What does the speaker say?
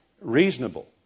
reasonable